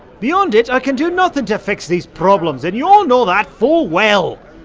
beyond it i can do nothing to fix these problems, and you all know that full well!